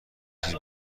چیز